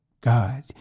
God